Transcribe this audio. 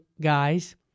guys